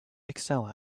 excel